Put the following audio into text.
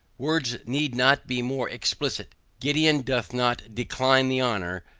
words need not be more explicit gideon doth not decline the honor,